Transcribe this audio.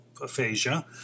aphasia